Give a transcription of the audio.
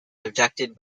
conducted